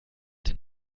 den